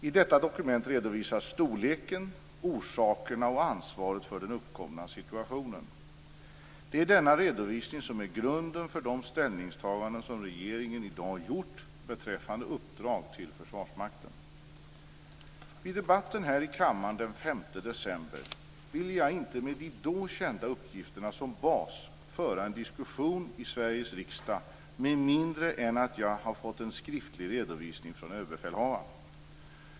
I detta dokument redovisas storleken på, orsakerna till och ansvaret för den uppkomna situationen. Det är denna redovisning som är grunden för de ställningstaganden som regeringen i dag har gjort beträffande uppdrag till Försvarsmakten. I debatten här i kammaren den 5 december ville jag inte med de då kända uppgifterna som bas föra en diskussion i Sveriges riksdag med mindre än att jag hade fått en skriftlig redovisning från överbefälhavaren.